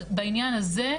אז בעניין הזה,